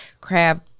crab